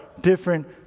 different